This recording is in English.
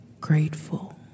grateful